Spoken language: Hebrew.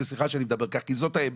וסליחה שאני מדבר כך כי זאת האמת.